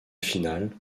finale